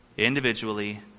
Individually